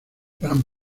gran